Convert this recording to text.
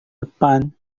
depan